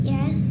Yes